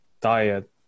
diet